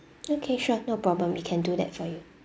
okay sure no problem we can do that for you